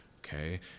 okay